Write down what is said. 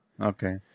Okay